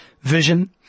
vision